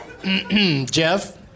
Jeff